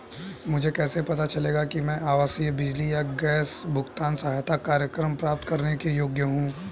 मुझे कैसे पता चलेगा कि मैं आवासीय बिजली या गैस भुगतान सहायता कार्यक्रम प्राप्त करने के योग्य हूँ?